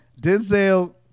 Denzel